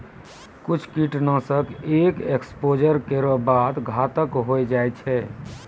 कुछ कीट नाशक एक एक्सपोज़र केरो बाद घातक होय जाय छै